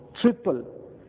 triple